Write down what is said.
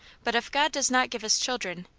but if god does not give us children,